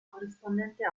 corrispondente